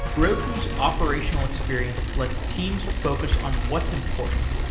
heroku's operational experience lets teams focus on what's important,